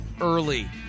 early